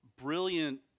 brilliant